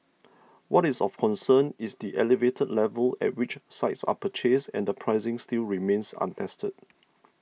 what is of concern is the elevated level at which sites are purchased and the pricing still remains untested